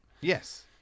Yes